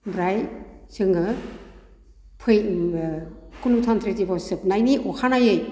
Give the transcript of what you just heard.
ओमफ्राय जोङो गनतन्त्र दिबश जोबानायनि अखानायै